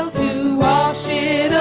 to see